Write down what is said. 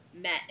met